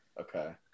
Okay